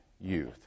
youth